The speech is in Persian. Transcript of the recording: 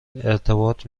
ارتباط